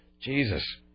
Jesus